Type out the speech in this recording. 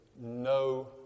no